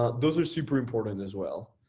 ah those are super important as well.